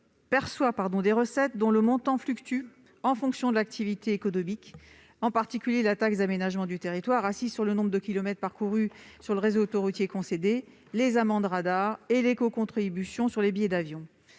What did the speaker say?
perçoit des recettes dont le montant fluctue en fonction de l'activité économique, en particulier la taxe d'aménagement du territoire, qui est assise sur le nombre de kilomètres parcourus sur le réseau autoroutier concédé, les amendes radar et l'écocontribution sur les billets d'avion.